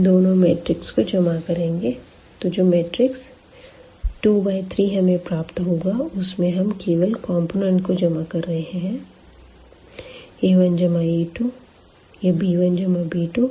अब इन दोनों मैट्रिक्स को जमा करेंगे तो जो मैट्रिक 2 बाय 3 हमें प्राप्त होगा उसमें हम केवल कॉम्पोनेन्ट को जमा कर रहे है a 1 जमा a 2 यह b 1 जमा b 2